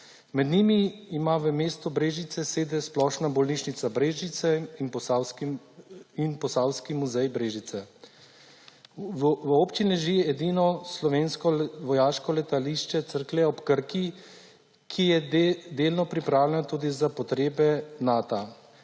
Med njimi ima v mestu Brežice sedež Splošna bolnišnica Brežice in Posavski muzej Brežice. V občini leži edino slovensko vojaško letališče Cerklje ob Krki, ki je delno pripravljeno tudi za potrebe Nata.